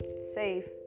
safe